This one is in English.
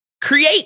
create